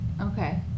Okay